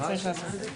צריך לעשות את זה.